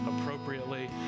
appropriately